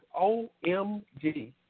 OMG